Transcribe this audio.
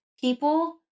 people